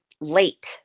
late